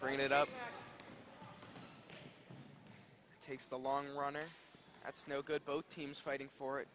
bring it up takes the long run or that's no good both teams fighting for it